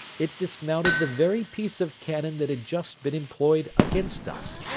it dismounted the very piece of cannon that had just been employed against us,